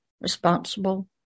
Responsible